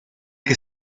que